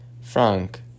frank